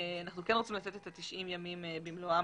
אנחנו כן רוצים לתת את ה-90 ימים במלואם